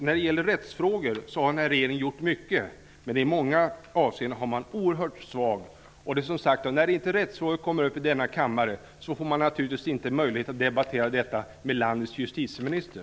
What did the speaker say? När det gäller rättsfrågor påstår jag att den här regeringen har gjort mycket, men i många avseenden har den varit oerhört svag. När rättsfrågorna inte kommer upp i denna kammare får man naturligtvis inte heller möjlighet att debattera dem med landets justitieminister.